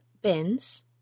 bins